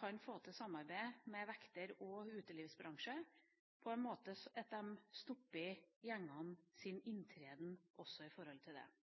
kan få til samarbeid med vekter- og utelivsbransjen, slik at de stopper gjengenes inntreden også på dette området. For det